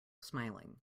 smiling